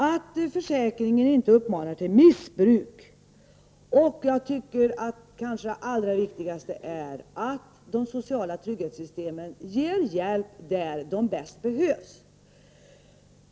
Det är vidare viktigt att de inte inbjuder till missbruk, och det kanske allra viktigaste är att de sociala trygghetssystemen ger hjälp där hjälpen bäst behövs.